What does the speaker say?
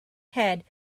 head